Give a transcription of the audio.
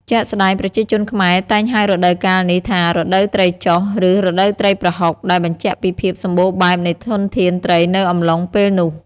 ជាក់ស្តែង ប្រជាជនខ្មែរតែងហៅរដូវកាលនេះថា រដូវត្រីចុះ ឬ រដូវត្រីប្រហុក ដែលបញ្ជាក់ពីភាពសម្បូរបែបនៃធនធានត្រីនៅកំឡុងពេលនោះ។